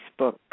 Facebook